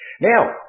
Now